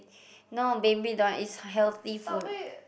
no Big Meal don't want it's healthy food